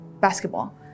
basketball